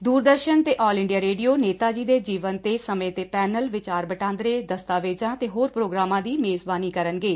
ਦੁਰਦਰਸੁਨ ਤੇ all India radio Netaji ਦੇ ਜੀਵਨ ਤੇ ਸਮੇਂ ਤੇ ਪੈਨਲ ਵਿਚਾਰ ਵਟਾਂਦਰੇ ਦਸਤਾਵੇਜ਼ਾਂ ਤੇ ਹੋਰ ਪ੍ਰੋਗਰਾਮਾ ਦੀ ਮੇਜ਼ਬਾਨੀ ਕਰਨਗੇ